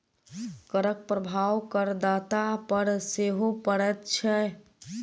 करक प्रभाव करदाता पर सेहो पड़ैत छै